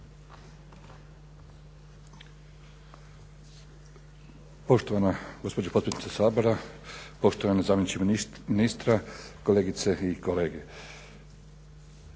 Poštovana gospođo potpredsjednice Sabora, poštovani zamjeniče ministra, kolegice i kolege.